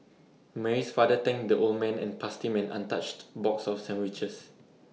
Mary's father thanked the old man and passed him an untouched box of sandwiches